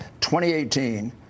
2018